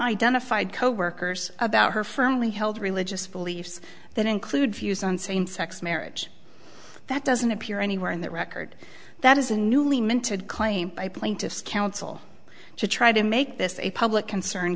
identified coworkers about her firmly held religious beliefs that include views on same sex marriage that doesn't appear anywhere in the record that is a newly minted claim by plaintiff's counsel to try to make this a public concern